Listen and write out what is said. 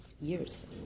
years